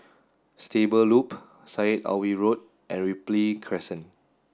Stable Loop Syed Alwi Road and Ripley Crescent